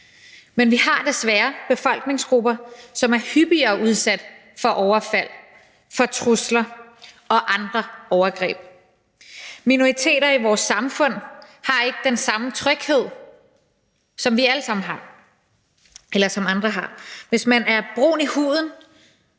Men vi har desværre befolkningsgrupper, som er hyppigere udsat for overfald, for trusler og for andre overgreb. Minoriteter i vores samfund har ikke den samme tryghed, som andre har. Hvis man er brun i huden,